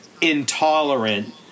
intolerant